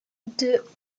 deux